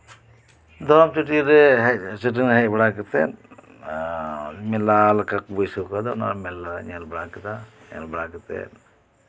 ᱫᱷᱚᱨᱚᱢ ᱪᱟᱹᱴᱤᱱᱤᱨᱮ ᱦᱮᱡ ᱵᱟᱲᱟ ᱠᱟᱛᱮᱜ ᱢᱮᱞᱟ ᱞᱮᱠᱟ ᱠᱚ ᱵᱟᱹᱭᱥᱟᱹᱣ ᱠᱟᱫᱟ ᱚᱱᱟ ᱢᱮᱞᱟ ᱧᱮᱞ ᱵᱟᱲᱟ ᱠᱮᱫᱟ ᱧᱮᱞ ᱵᱟᱲᱟ ᱠᱟᱛᱮᱜ